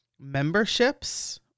memberships